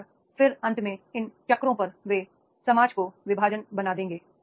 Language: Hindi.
और फिर अंत में इन चक्रों पर वे समाज को विभाजन बना देंगे